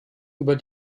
über